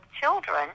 children